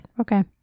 Okay